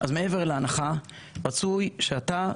מעבר להנחה רצוי שאתה,